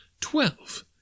Twelve